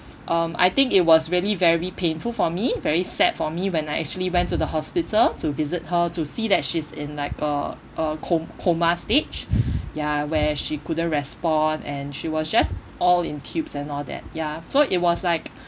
um I think it was really very painful for me very sad for me when I actually went to the hospital to visit her to see that she's in like a a co~ coma stage ya where she couldn't respond and she was just all in tubes and all that ya so it was like